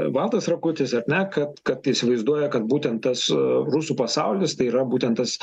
valdas rakutis ar ne kad kad įsivaizduoja kad būtent tas rusų pasaulis tai yra būtent tas